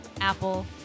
Apple